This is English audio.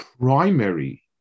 primary